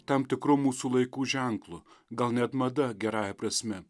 tam tikru mūsų laikų ženklu gal net mada gerąja prasme